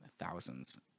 thousands